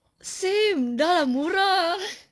same sudah lah murah